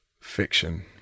Fiction